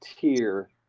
tier